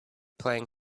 playing